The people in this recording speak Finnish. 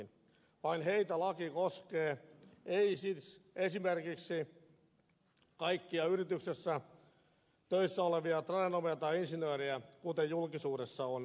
vain heitä laki koskee ei siis esimerkiksi kaikkia yrityksessä töissä olevia tradenomeja tai insinöörejä kuten julkisuudessa on väitetty